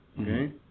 Okay